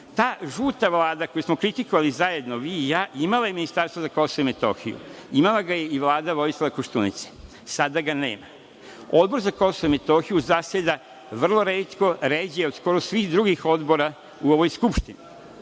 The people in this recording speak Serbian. Ta žuta vlada koju smo kritikovali zajedno vi i ja imala je Ministarstvo za KiM, imala ga je i Vlada Vojislava Koštunice, sada ga nema. Odbor za KiM zaseda vrlo retko, ređe od skoro svih drugih odbora u ovoj Skupštini.